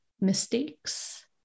mistakes